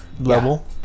level